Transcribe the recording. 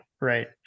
Right